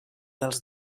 dels